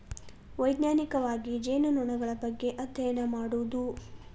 ವೈಜ್ಞಾನಿಕವಾಗಿ ಜೇನುನೊಣಗಳ ಬಗ್ಗೆ ಅದ್ಯಯನ ಮಾಡುದು